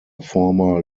former